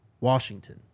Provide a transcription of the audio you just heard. Washington